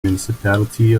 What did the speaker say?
municipality